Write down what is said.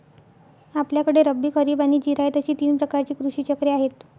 आपल्याकडे रब्बी, खरीब आणि जिरायत अशी तीन प्रकारची कृषी चक्रे आहेत